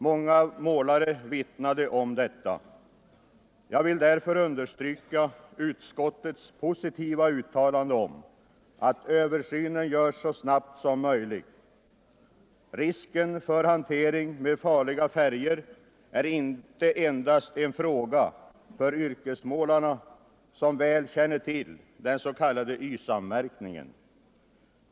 Många målare vittnade om detta. Jag vill därför understryka utskottets positiva uttalande att översynen bör göras så snabbt som möjligt. Risken vid hanteringen av farliga färger är inte endast en fråga för yrkesmålarna, som väl känner till den s.k. YSAM-märkningen.